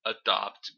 adopt